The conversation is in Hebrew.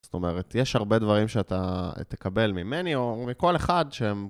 זאת אומרת, יש הרבה דברים שאתה תקבל ממני או מכל אחד שהם...